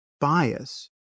bias